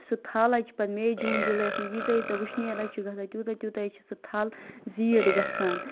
سُہ تھل حظ چھِ پتہٕ مے جوٗن جُلیَس مَنٛز ییژاہ ییژاہ وٕشنٲر حظ چھ گَژھان تیوتاہ تیوتاہ حظ چھ سُہ تھل زیٖٹھ گَژھان